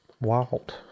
wild